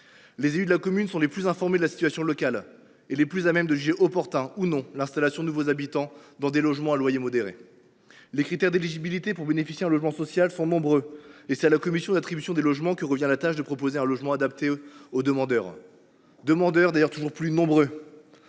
Les élus de la commune sont les plus informés de la situation locale et les mieux à même de juger opportune, ou non, l’installation de nouveaux habitants dans des logements à loyer modéré. Les critères d’éligibilité pour bénéficier d’un logement social sont nombreux et c’est à la commission d’attribution des logements que revient la tâche de proposer un logement adapté aux demandeurs, lesquels sont d’ailleurs toujours plus nombreux